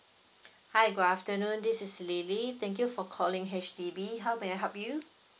hi good afternoon this is lily thank you for calling H_D_B how may I help you